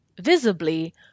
visibly